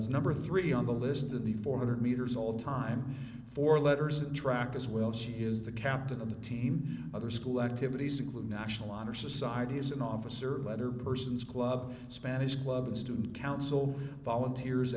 and is number three on the list of the four hundred metres all time for letters that track as well she is the captain of the team other school activities include national honor society as an officer better persons club spanish club and student council volunteers